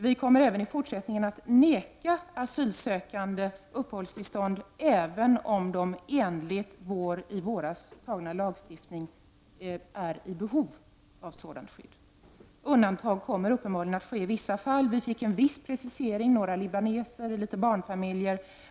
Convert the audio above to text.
Vi kommer även i fortsättningen att förvägra asylsökande uppehållstillstånd, även om de enligt den lagstiftning som vi fattade beslut om i våras är i behov av sådant skydd. Undantag kommer uppenbarligen att ske i vissa fall. Vi fick en viss precisering: några libaneser och några barnfamiljer.